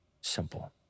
simple